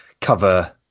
cover